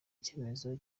icyemezo